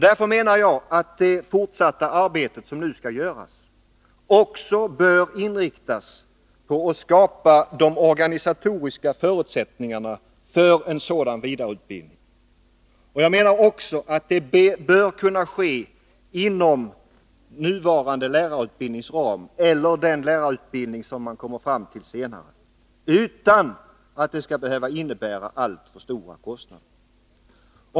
Därför menar jag att det fortsatta arbetet också bör inriktas på att skapa de organisatoriska förutsättningarna för en sådan vidareutbildning. Jag anser också att det bör kunna ske inom nuvarande lärarutbildnings ram eller inom ramen för den lärarutbildning som man kommer fram till senare, utan att det skall behöva innebära alltför stora kostnader.